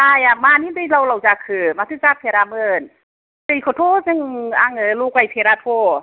जाया मानि दैलाव लाव जाखो माथो जाफेरामोन दैखौथ' जों आङो लगायफेराथ'